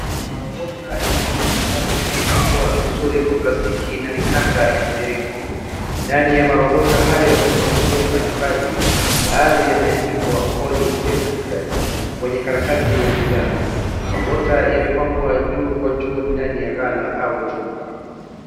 Marobota ya mitumba yamefungwa vizuri kwa plastiki na mikanda ya mviringo. Ndani ya marobota hayo kuna nguo mbalimbali na baadhi yameandikwa polysilk dress kwenye karatasi ya majano. Marobota yamepangwa juu kwa juu ndani ya ghala au chumba.